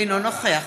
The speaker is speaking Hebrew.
אינו נוכח